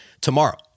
tomorrow